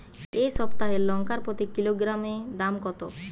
এই সপ্তাহের লঙ্কার প্রতি কিলোগ্রামে দাম কত?